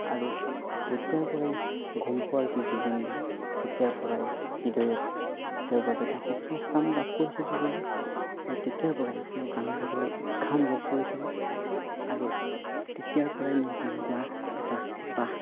আৰু যেতিয়াৰপৰাই গম পোৱা হৈছোঁ জুবিনদাক তেতিয়াৰপৰাই হৃদয়ত তেওঁৰ বাবে এটা সুকীয়া স্থান লাভ কৰিছে জুবিনদাই আৰু তেতিয়াৰপৰাই মই গান গাবলৈ উৎসাহ অনুভৱ কৰিছিলোঁ আৰু তেতিয়াৰপৰাই মোৰ গান গোৱাৰ এটা হেঁপাহ